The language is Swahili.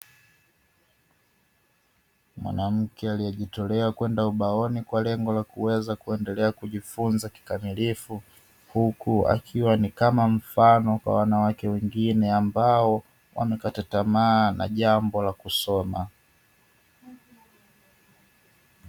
Mwanamke aliyejitolea kwenda ubaoni kwa lengo la kuweza kuendelea kujifunza kikamilifu, huku akiwa ni kama mfano kwa wanawake wengine ambao wamekata tamaa na jambo la kusoma.